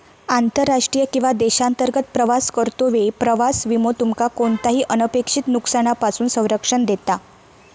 आंतरराष्ट्रीय किंवा देशांतर्गत प्रवास करतो वेळी प्रवास विमो तुमका कोणताही अनपेक्षित नुकसानापासून संरक्षण देता